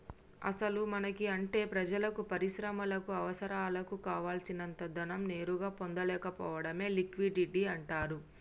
అసలు మనకి అంటే ప్రజలకు పరిశ్రమలకు అవసరాలకు కావాల్సినంత ధనం నేరుగా పొందలేకపోవడమే లిక్విడిటీ అంటారు